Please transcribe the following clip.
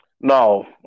No